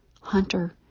Hunter